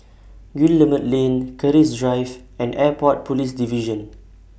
Guillemard Lane Keris Drive and Airport Police Division